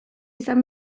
izan